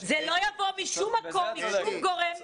זה לא יבוא משום גורם חיצוני.